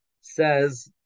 says